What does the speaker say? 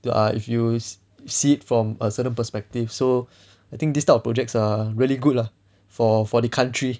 ya if you see it from a certain perspective so I think this type of projects are really good lah for for the country